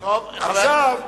עכשיו,